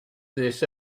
this